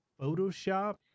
Photoshop